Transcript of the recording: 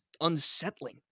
unsettling